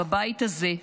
בבית הזה,